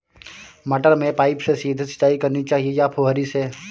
मटर में पाइप से सीधे सिंचाई करनी चाहिए या फुहरी से?